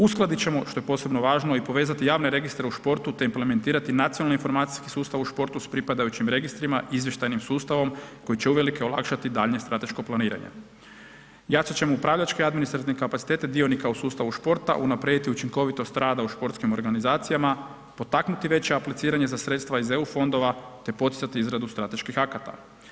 Uskladit ćemo što je posebno važno i povezati javne registre u športu, te implementirati nacionalni informacijski sustav u športu s pripadajućim registrima i izvještajnim sustavom koji će uvelike olakšati daljnje strateško planiranje, jačat ćemo upravljačke administrativne kapacitete dionika u sustavu športa, unaprijediti učinkovitost rada u športskim organizacijama, potaknuti veće apliciranje za sredstva iz EU fondova, te poticati izradu strateških akata.